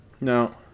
No